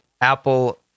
Apple